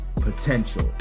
potential